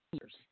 years